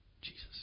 jesus